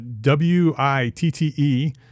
W-I-T-T-E